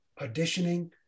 auditioning